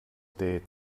date